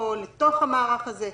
או אל תוך המערך הזה?